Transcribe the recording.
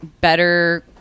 better